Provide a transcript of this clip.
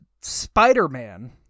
Spider-Man